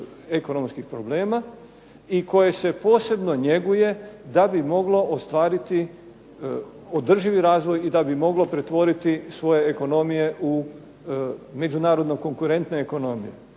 ekonomskih problema i koje se posebno njeguje da bi moglo ostvariti održivi razvoj i da bi moglo pretvoriti svoje ekonomije u međunarodno konkurentne ekonomije.